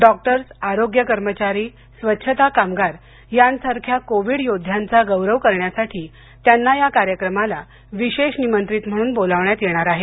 doctors आरोग्य कर्मचारी स्वच्छता कामगार यांसारख्या कोविड योद्ध्यांचा गौरव करण्यासाठी त्यांना या कार्यक्रमास विशेष निमंत्रित म्हणून बोलावण्यात येणार आहे